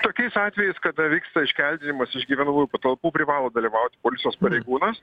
tokiais atvejais kada vyksta iškeldinimas iš gyvenamųjų patalpų privalo dalyvauti policijos pareigūnas